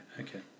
okay